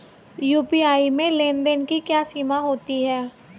UPI में लेन देन की क्या सीमा होती है?